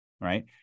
right